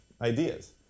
ideas